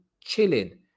chilling